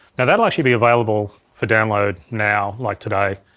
now that'll actually be available for download now, like, today.